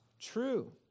true